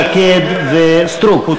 שקד וסטרוק.